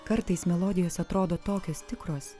kartais melodijos atrodo tokios tikros